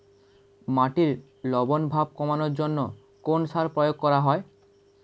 মাটির লবণ ভাব কমানোর জন্য কোন সার প্রয়োগ করা হয়?